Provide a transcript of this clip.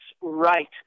right